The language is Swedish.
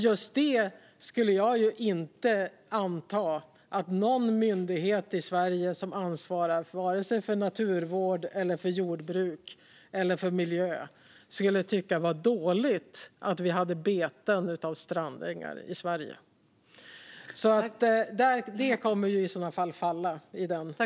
Jag skulle inte anta att någon myndighet i Sverige som ansvarar för naturvård, jordbruk eller miljö skulle tycka att det är dåligt att vi har beten av strandängar i Sverige. Det kommer alltså i sådana fall att falla.